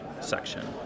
section